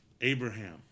Abraham